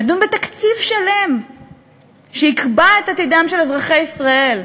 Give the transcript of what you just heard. לדון בתקציב שלם שיקבע את עתידם של אזרחי ישראל,